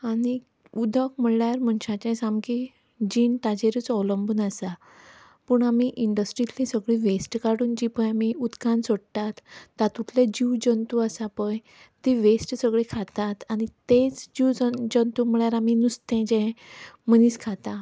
आनीक उदक म्हणल्यार मनशाचें सामकी जीण ताचेरूच अवलंभून आसा पूण आमी इंडस्ट्रिंतली सगळी वेस्ट काडून जी पळय आमी उदकांत सोडटात तातुंतले जीव जंतू आसा पळय तीं वेस्ट सगळीं खातात आनी तेंच जीव जं जंतू म्हळ्यार आमी नुस्तें जें मनीस खाता